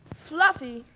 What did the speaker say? fluffy?